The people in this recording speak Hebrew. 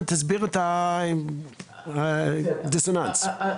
המנחת הזה קיים כבר הרבה מאוד שנים,